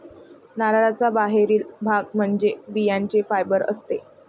नारळाचा बाहेरील भाग म्हणजे बियांचे फायबर असते